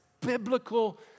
biblical